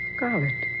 Scarlet